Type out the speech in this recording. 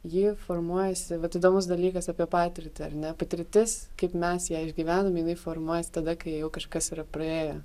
ji formuojasi vat įdomus dalykas apie patirtį ar ne patirtis kaip mes ją išgyvenam jinai formuojas tada kai jau kažkas yra praėję